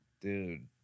Dude